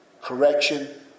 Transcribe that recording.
correction